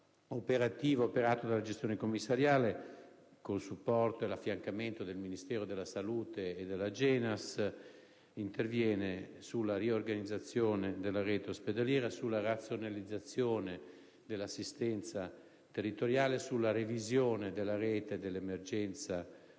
operativo elaborato dalla gestione commissariale, con il supporto e l'affiancamento del Ministero della salute e dell'AGENAS, interviene sulla riorganizzazione della rete ospedaliera, sulla razionalizzazione dell'assistenza territoriale, sulla revisione della rete di emergenza‑urgenza,